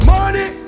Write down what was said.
Money